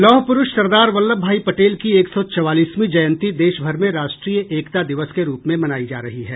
लौह पुरुष सरदार वल्लभ भाई पटेल की एक सौ चौवालीसवीं जयंती देश भर में राष्ट्रीय एकता दिवस के रूप में मनायी जा रही है